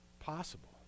possible